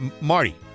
Marty